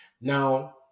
Now